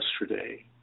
yesterday